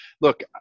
Look